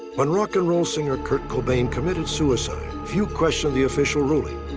when rock and roll singer kurt cobain committed suicide, few questioned the official ruling.